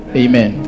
amen